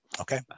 Okay